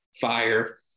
fire